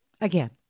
Again